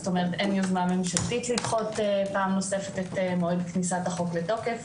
אין יוזמה ממשלתית לדחות את מועד כניסת החוק לתוקף,